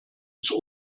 ist